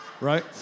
right